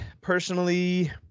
personally